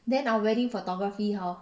then our wedding photography how